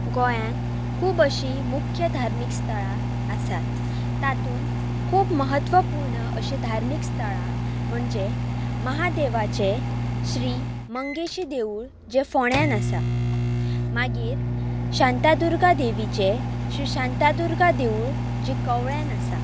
गोंयांत खूब अशीं मुख्य धार्मीक स्थळां आसात तातूंत खूब महत्वपूर्ण अशी धार्मीक स्थळां म्हणजे महादेवाचें श्रीमंगेशी देवूळ जे फोंड्यान आसा मागीर शांतादुर्गा देवीचें श्रीशांतादुर्गा देवूळ जी कवळ्यान आसा